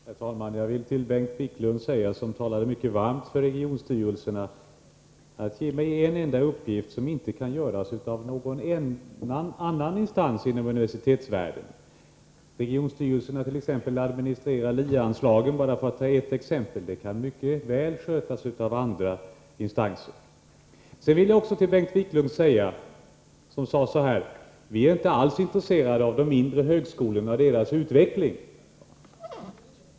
Herr talman! Jag vill till Bengt Wiklund, som talade mycket varmt för regionstyrelserna, säga: Nämn en enda uppgift som inte kan göras av någon annan instans inom universitetsvärlden! Regionstyrelserna administrerar — för att bara ta ett exempel — LIE-anslagen. Det kan mycket väl skötas av andra instanser. Bengt Wiklund sade att vi inte alls är intresserade av de mindre högskolorna och deras utveckling.